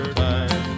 time